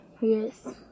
Yes